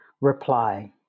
Reply